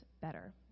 better